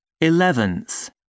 eleventh